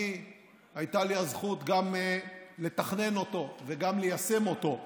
שהייתה לי הזכות גם לתכנן אותו וגם ליישם אותו,